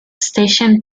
stations